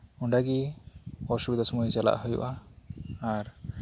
ᱚᱸᱰᱮᱜᱮ ᱚᱥᱩᱵᱤᱛᱟ ᱥᱩᱢᱟᱹᱭ ᱪᱟᱞᱟᱜ ᱦᱩᱭᱩᱜᱼᱟ ᱟᱨ